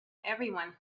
everyone